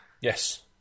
Yes